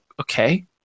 okay